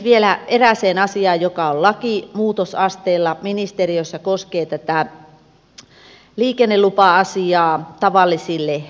vielä eräs asia joka on lakimuutosasteella ministeriössä koskee tätä liikennelupa asiaa tavallisille traktoreille